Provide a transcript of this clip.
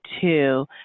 two